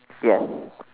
yes